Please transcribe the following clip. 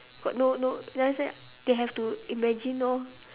got no no what's that they have to imagine orh